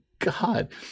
God